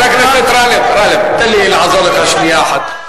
חבר הכנסת גאלב, גאלב, תן לי לעזור לך שנייה אחת.